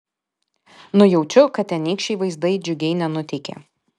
nujaučiu kad tenykščiai vaizdai džiugiai nenuteikė